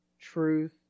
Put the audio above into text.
truth